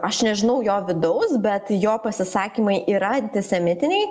aš nežinau jo vidaus bet jo pasisakymai yra antisemitiniai